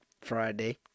Friday